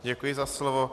Děkuji za slovo.